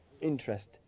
interest